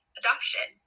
adoption